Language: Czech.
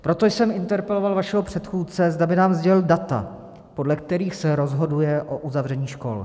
Proto jsem interpeloval vašeho předchůdce, zda by nám sdělil data, podle kterých se rozhoduje o uzavření škol.